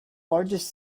largest